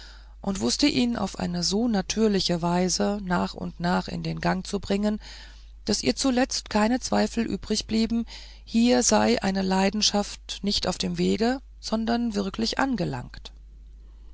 und wußte ihn auf eine so natürliche weise nach und nach in den gang zu bringen daß ihr zuletzt kein zweifel übrigblieb hier sei eine leidenschaft nicht auf dem wege sondern wirklich angelangt